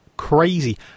Crazy